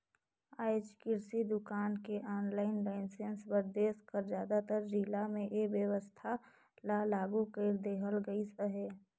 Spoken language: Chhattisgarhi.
आएज किरसि दुकान के आनलाईन लाइसेंस बर देस कर जादातर जिला में ए बेवस्था ल लागू कइर देहल गइस अहे